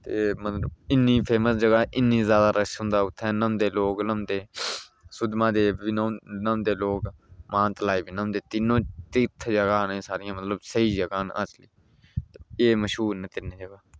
ते मतलब इ'न्नी फेमस जगह् इ'न्नी जादा रश होंदा उ'त्थें न्हौंदे लोग न्हौंदे सुद्धमहादेव बी न्हौंदे लोग मानतलाई बी न्हौंदे तीनो तीर्थ जगहां न एह् सारियां मतलब स्हेई जगहां न ते एह् मशहूर न तिन्न जगह